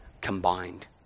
combined